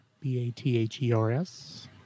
B-A-T-H-E-R-S